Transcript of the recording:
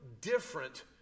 different